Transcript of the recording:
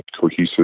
cohesive